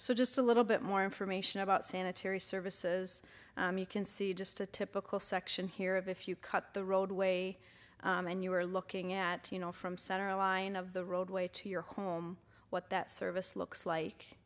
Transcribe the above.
so just a little bit more information about sanitary services you can see just a typical section here of if you cut the roadway and you are looking at you know from center line of the roadway to your home what that service looks like